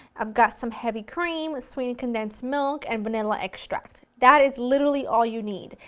i've got some heavy cream, sweetened condensed milk, and vanilla extract, that is literally all you need.